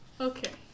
Okay